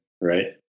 right